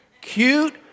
Cute